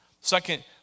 Second